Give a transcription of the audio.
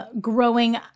growing